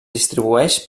distribueix